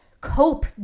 cope